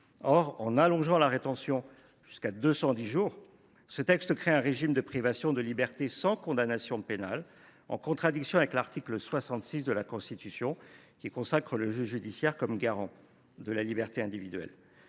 Or en allongeant la rétention jusqu’à 210 jours, ce texte crée un régime de privation de liberté sans condamnation pénale, en contradiction avec l’article 66 de la Constitution, qui consacre le juge judiciaire comme garant de la liberté individuelle.